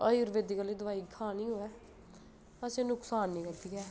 आयुर्वेदिक आह्ली दोआई खानी होए असें गी नुकसान निं करदी ऐ